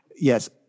Yes